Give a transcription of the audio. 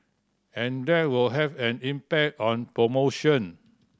and that will have an impact on promotion